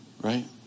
Right